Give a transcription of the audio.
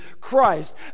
Christ